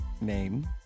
name